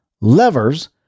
Levers